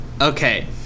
Okay